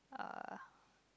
uh